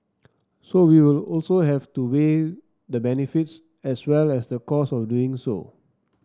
so we will also have to weigh the benefits as well as the costs of doing so